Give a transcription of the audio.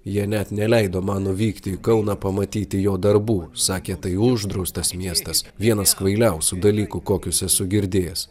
jie net neleido man nuvykti į kauną pamatyti jo darbų sakė tai uždraustas miestas vienas kvailiausių dalykų kokius esu girdėjęs